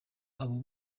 abo